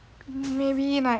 maybe like